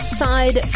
side